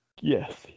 Yes